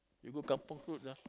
you go kampung food ah